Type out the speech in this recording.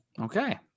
Okay